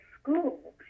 school